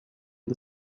the